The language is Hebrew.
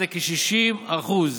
האחרונות.